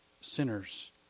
sinners